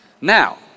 Now